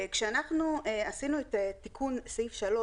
כשאנחנו עשינו את תיקון סעיף 3,